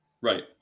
Right